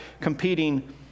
competing